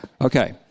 Okay